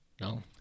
No